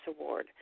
Award